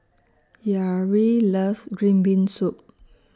Yareli loves Green Bean Soup